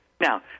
Now